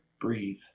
breathe